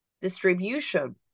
distribution